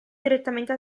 direttamente